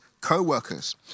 co-workers